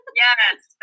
yes